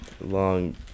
long